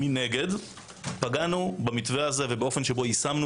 מנגד פגענו במתווה הזה ובאופן שבו יישמנו